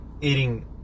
eating